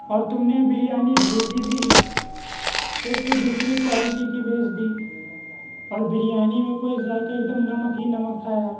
اور تم نے بریانی بھیجی بھی تو ایک تو دوسری کوالٹی کی بھیج دی اور بریانی میں کوئی ذائقہ ایک دم نمک ہی نمک تھا یار